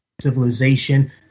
civilization